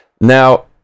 now